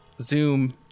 zoom